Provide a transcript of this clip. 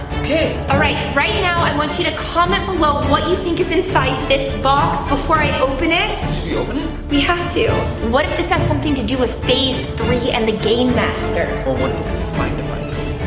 okay. alright, right now i want you to comment below what you think is inside this box before i open it. should we open it? we have to. what if this has something to do with pase three and the game master? or what if it's a spying device?